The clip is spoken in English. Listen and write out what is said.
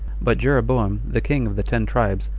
but jeroboam, the king of the ten tribes,